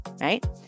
Right